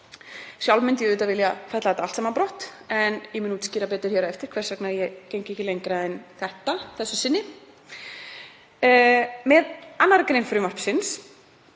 Sjálf myndi ég að sjálfsögðu vilja fella þetta allt saman brott en ég mun útskýra betur hér á eftir hvers vegna ég geng ekki lengra að þessu sinni. Með 2. gr. frumvarpsins,